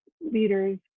leaders